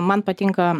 man patinka